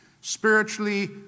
spiritually